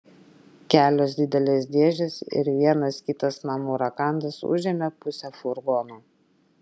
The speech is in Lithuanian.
kelios didelės dėžės ir vienas kitas namų rakandas užėmė pusę furgono